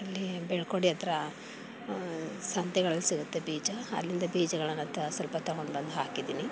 ಅಲ್ಲಿ ಬೆಳ್ಕೋಡಿ ಹತ್ರ ಸಂತೆಗಳಲ್ಲಿ ಸಿಗುತ್ತೆ ಬೀಜ ಅಲ್ಲಿಂದ ಬೀಜಗಳನ್ನು ತ ಸ್ವಲ್ಪ ತೊಗೊಂಡು ಬಂದು ಹಾಕಿದ್ದೀನಿ